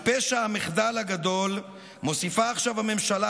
על פשע המחדל הגדול מוסיפה עכשיו הממשלה